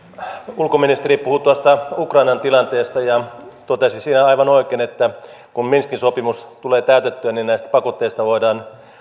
ulkoministeri puhui tuosta ukrainan tilanteesta ja totesi aivan oikein että kun minskin sopimus tulee täytettyä niin näistä pakotteista voidaan